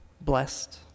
blessed